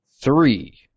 three